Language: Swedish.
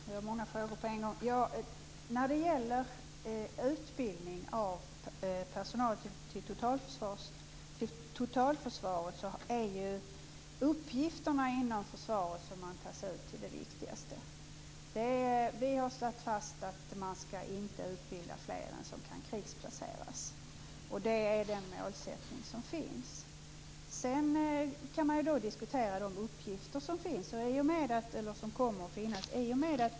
Fru talman! Det var många frågor på en gång. När det gäller utbildning av personal till totalförsvaret är det uppgifterna inom försvaret som man tas ut till som är det viktigaste. Vi har slagit fast att man inte skall utbilda fler än så många som kan krigsplaceras. Det är den målsättning som finns. Sedan kan man diskutera de uppgifter som finns eller som kommer att finnas.